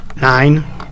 Nine